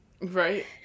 Right